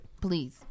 Please